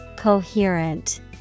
Coherent